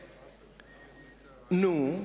נו,